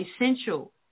essential